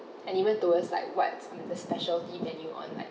and even towards like what's in the specialty menu on like